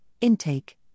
intake